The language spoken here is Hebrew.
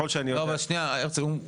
הרצל,